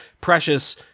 precious